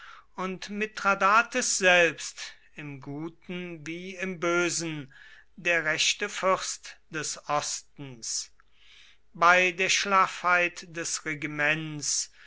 und mithradates selbst im guten wie im bösen der rechte fürst des ostens bei der schlaffheit des regiments